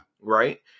right